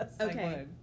okay